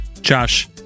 Josh